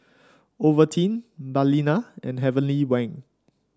Ovaltine Balina and Heavenly Wang